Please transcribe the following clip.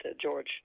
George